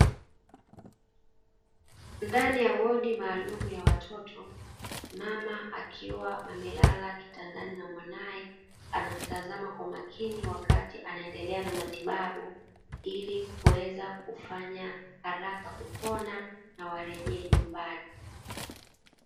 Ndani ya wodi maalumu ya watoto, mama akiwa amelala kitandani na mwanae, anamtazama kwa makini wakati anaendelea na matibabu, ili kuweza kufanya haraka kupona na warejee nyumbani.